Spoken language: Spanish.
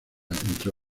entre